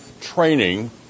training